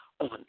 on